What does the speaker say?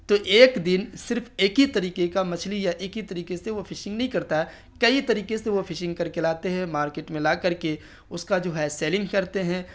تو ایک دن صرف ایک ہی طریقے کا مچھلی یا ایک ہی طریقے سے وہ فشنگ نہیں کرتا ہے کئی طریقے سے وہ فشنگ کر کے لاتے ہیں اور مارکیٹ میں لا کر کے اس کا جو ہے سیلنگ کرتے ہیں